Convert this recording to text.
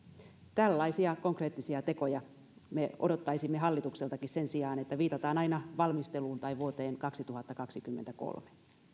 tällaisia konkreettisia tekoja me odottaisimme hallitukseltakin sen sijaan että viitataan aina valmisteluun tai vuoteen kaksituhattakaksikymmentäkolme